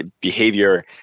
behavior